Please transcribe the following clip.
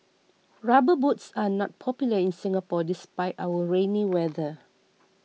rubber boots are not popular in Singapore despite our rainy weather